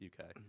uk